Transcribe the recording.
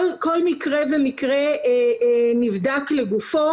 כל מקרה ומקרה נבדק לגופו.